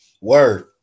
Word